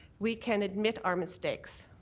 we can admit our mistakes.